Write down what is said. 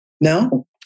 No